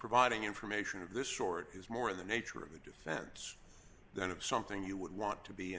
providing information this sort is more in the nature of a defense than of something you would want to be